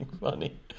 funny